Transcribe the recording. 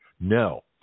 No